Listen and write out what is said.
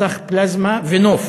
מסך פלזמה ונוף